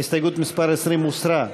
הסתייגות מס' 20 הוסרה.